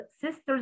Sisters